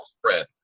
friend